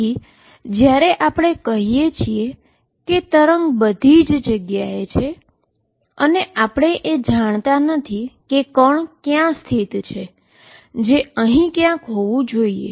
તેથી જ્યારે આપણે કહીએ છીએ કે વેવ બધી જગ્યાએ છે અને આપણે એ જાણતા નથી કે પાર્ટીકલ ક્યાં સ્થિત છે જે અહીં ક્યાંક હોવું જોઈએ